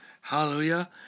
Hallelujah